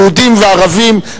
יהודים וערבים.